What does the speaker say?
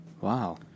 wow